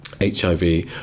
hiv